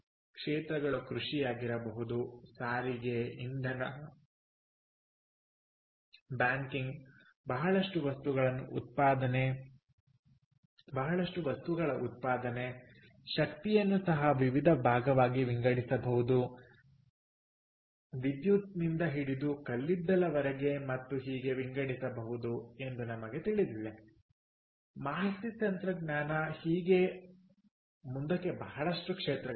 ಕ್ಷೇತ್ರಗಳು ಕೃಷಿಯಾಗಬಹುದು ಸಾರಿಗೆ ಇಂಧನ ಬ್ಯಾಂಕಿಂಗ್ ಬಹಳಷ್ಟು ವಸ್ತುಗಳನ್ನು ಉತ್ಪಾದನೆ ಶಕ್ತಿಯನ್ನು ಸಹ ವಿವಿಧ ಭಾಗವಾಗಿ ವಿಂಗಡಿಸಬಹುದು ವಿದ್ಯುತ್ ನಿಂದ ಹಿಡಿದು ಕಲ್ಲಿದ್ದಲವರೆಗೆ ಮತ್ತು ಹೀಗೆ ವಿಂಗಡಿಸಬಹುದು ಎಂದು ನಮಗೆ ತಿಳಿದಿದೆ ಮಾಹಿತಿ ತಂತ್ರಜ್ಞಾನ ಹೀಗೆ ಮತ್ತು ಮುಂದಕ್ಕೆ ಬಹಳಷ್ಟು ಕ್ಷೇತ್ರಗಳಿವೆ